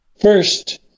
first